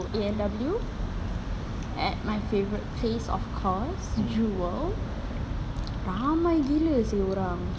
A&W at my favourite place of course jewel ramai gila seh orang